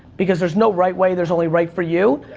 because there's no right way, there's only right for you.